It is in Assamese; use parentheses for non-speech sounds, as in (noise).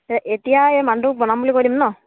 (unintelligible) এতিয়া এই মানুহটোক বনাম বুলি কৈ দিম ন